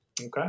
Okay